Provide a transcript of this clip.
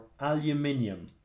aluminium